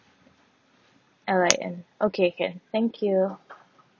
alright then okay can thank you